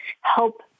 help